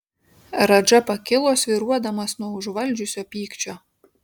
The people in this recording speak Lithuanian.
radža pakilo svyruodamas nuo užvaldžiusio pykčio